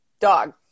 Dog